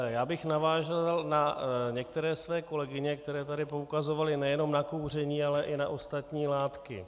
Já bych navázal na některé své kolegyně, které tady poukazovaly nejenom na kouření, ale i na ostatní látky.